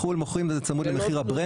בחו"ל מוכרים וזה צמוד למחיר ה-brand שזה-